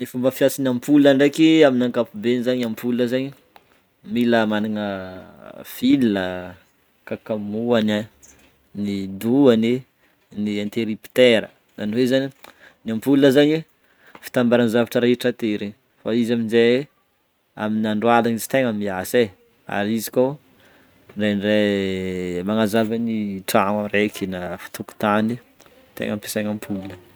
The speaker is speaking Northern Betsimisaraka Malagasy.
Ny fomba fiasan'ny ampoule ndreky amin'ny ankapobeny zegny ny ampoule zegny mila managna file, ny takamoany an, ny douille-any, n'y interrupteur zany le zany a ny ampoule zany fitambaran'ny zavatra rehetra teo regny fa izy amize amin'ny androaligny tegna miasa e ary izy ko ndrendre magnazava ny tragno reky na tokontany tegna ampesena ampoule.